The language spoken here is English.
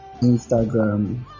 Instagram